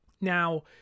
Now